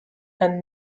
and